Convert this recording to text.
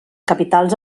capitals